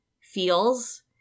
feels